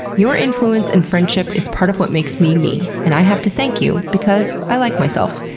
your influence and friendship is part of what makes me, me, and i have to thank you because i like myself.